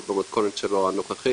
עוד במתכונת שלו הנוכחית,